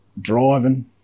driving